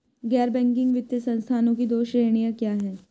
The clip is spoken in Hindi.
गैर बैंकिंग वित्तीय संस्थानों की दो श्रेणियाँ क्या हैं?